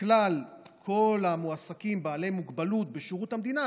מכלל המועסקים בעלי מוגבלות בשירות המדינה,